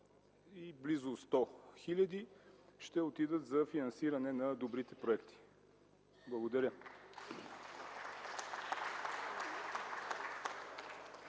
и близо 100 хиляди ще отидат за финансиране на добрите проекти. Благодаря.